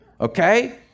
Okay